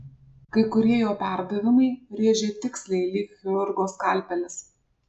kai kurie jo perdavimai rėžė tiksliai lyg chirurgo skalpelis